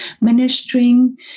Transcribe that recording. ministering